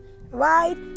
right